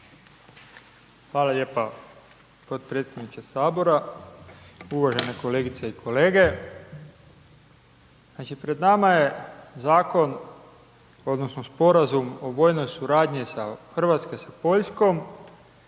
Hvala lijepa potpredsjedniče Sabora. Uvažene kolegice i kolege. Znači, pred nama je zakon, odnosno Sporazum o vojnoj suradnji Hrvatske s Poljskom